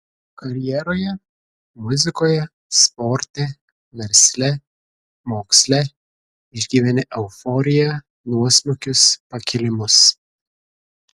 karjeroje muzikoje sporte versle moksle išgyveni euforiją nuosmukius pakilimus